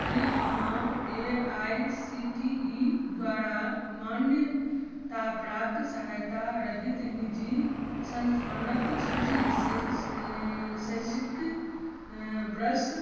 की अहाँ A I C T E द्वारा मान्यताप्राप्त सहायता रहित निजी संस्थानक सूची शैक्षणिक वर्ष